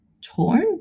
torn